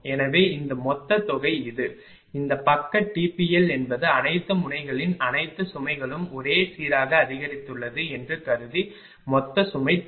எனவே இந்த மொத்த தொகை இது இந்த பக்க TPL என்பது அனைத்து முனைகளின் அனைத்து சுமைகளும் ஒரே சீராக அதிகரித்துள்ளது என்று கருதி மொத்த சுமை தெரியும்